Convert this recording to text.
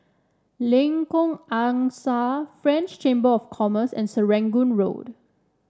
Lengkok Angsa French Chamber of Commerce and Serangoon Road